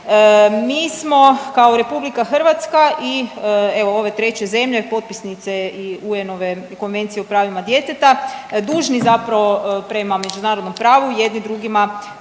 Mi smo kao RH i evo ove treće zemlje potpisnice i UN-ove Konvencije o pravima djeteta dužni prema međunarodnom pravu jedni drugima